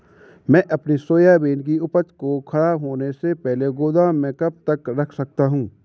मैं अपनी सोयाबीन की उपज को ख़राब होने से पहले गोदाम में कब तक रख सकता हूँ?